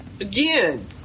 Again